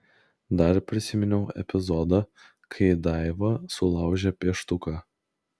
dar prisiminiau epizodą kai daiva sulaužė pieštuką